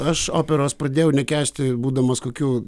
aš operos pradėjau nekęsti būdamas kokių